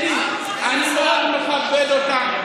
אני מאוד מכבד אותה.